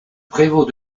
prévôt